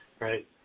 right